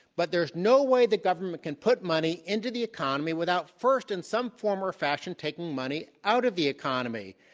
but there's no way the government can put money into the economy without first in some form or fashion taking money out of the economy.